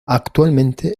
actualmente